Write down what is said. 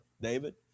David